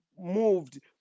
moved